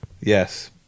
Yes